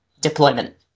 deployment